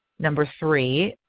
number three,